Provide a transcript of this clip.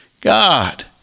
God